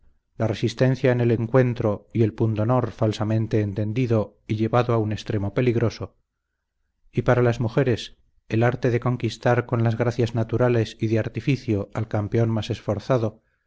la resistencia en el encuentro y el pundonor falsamente entendido y llevado a un extremo peligroso y para las mujeres el arte de conquistar con las gracias naturales y de artificio al campeón más esforzado